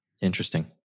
Interesting